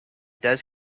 does